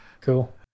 Cool